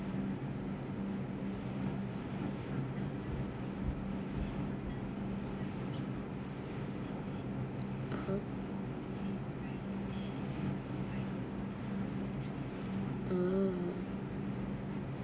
ah